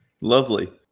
lovely